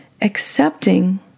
accepting